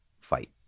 fight